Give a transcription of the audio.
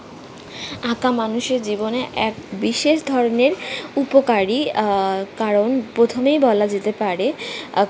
আঁকা মানুষের জীবনে এক বিশেষ ধরনের উপকারী কারণ প্রথমেই বলা যেতে পারে